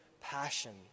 passion